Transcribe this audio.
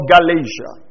Galatia